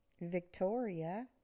Victoria